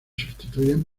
sustituyen